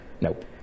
nope